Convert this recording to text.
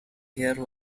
hair